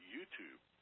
YouTube